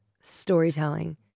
storytelling